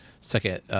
second